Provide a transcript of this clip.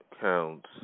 counts